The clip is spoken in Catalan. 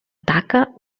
taca